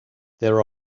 there